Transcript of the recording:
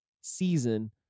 season